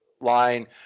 line